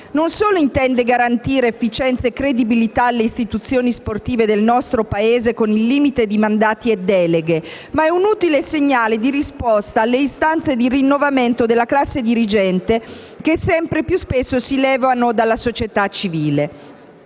non solo intende garantire efficienza e credibilità alle istituzioni sportive del nostro Paese con il limite di mandati e deleghe, ma è un utile segnale di risposta alle istanze di rinnovamento della classe dirigente che sempre più spesso si levano dalla società civile.